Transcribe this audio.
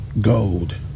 Gold